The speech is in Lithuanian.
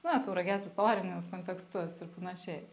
na tauragės istorinius kontekstus ir panašiai